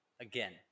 again